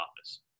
office